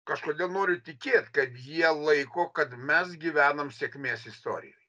kažkodėl noriu tikėt kad jie laiko kad mes gyvenam sėkmės istorijoj